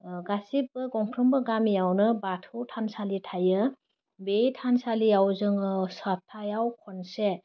ओह गासिबो गंफ्रोमबो गामियावनो बाथौ थानसालि थायो बे थानसालियाव जोङो साबथायाव खनसे